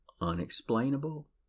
unexplainable